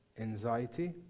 anxiety